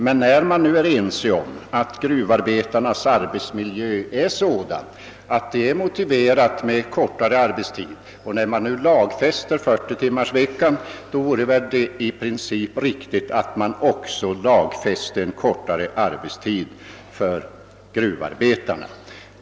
Men när gruvarbetarnas arbetsmiljö nu är sådan att det anses motiverat med kortare arbetstid och när riksdagen nu lagfäster 40-timmarsveckan, vore det väl i princip riktigt att också lagfästa en kortare arbetstid för gruvarbetarna.